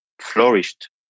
flourished